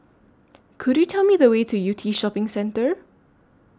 Could YOU Tell Me The Way to Yew Tee Shopping Centre